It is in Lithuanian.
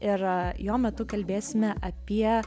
ir jo metu kalbėsime apie